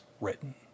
written